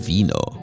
Vino